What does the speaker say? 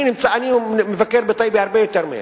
אני מבקר בטייבה הרבה יותר מהם,